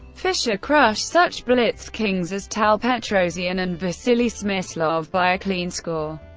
fischer crushed such blitz kings as tal, petrosian and vasily smyslov by a clean score.